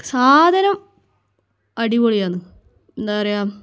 സാധനം അടിപൊളിയാണ് എന്താ പറയാ